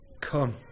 come